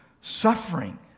suffering